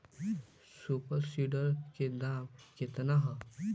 Super seeder के दाम केतना ह?